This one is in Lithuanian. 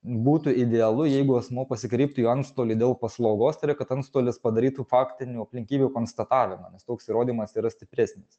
būtų idealu jeigu asmuo pasikreiptų į antstolį dėl paslaugos tai yra kad antstolis padarytų faktinių aplinkybių konstatavimą nes toks įrodymas yra stipresnis